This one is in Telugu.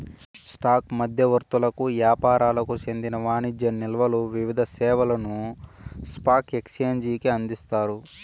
స్టాక్ మధ్యవర్తులకు యాపారులకు చెందిన వాణిజ్య నిల్వలు వివిధ సేవలను స్పాక్ ఎక్సేంజికి అందిస్తాయి